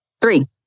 Three